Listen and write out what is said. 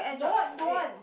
not don't want